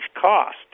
cost